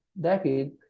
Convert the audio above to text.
decade